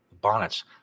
Bonnets